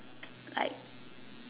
like